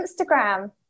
Instagram